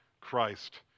Christ